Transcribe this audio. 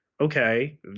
Okay